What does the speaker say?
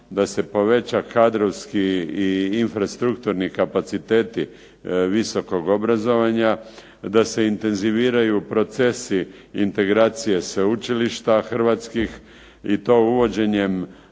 da se poveća kadrovski i infrastrukturni kapaciteti visokog obrazovanja, da se intenziviraju procesi, integracije sveučilišta hrvatskih i to uvođenjem